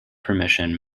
permission